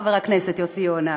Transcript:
חבר הכנסת יוסי יונה,